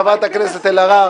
חברת הכנסת אלהרר,